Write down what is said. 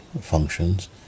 functions